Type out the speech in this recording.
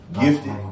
gifted